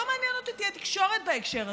לא מעניינת אותי התקשורת בהקשר הזה,